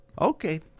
okay